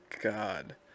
God